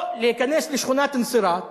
או להיכנס לשכונת אינסראת